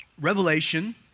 Revelation